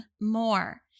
more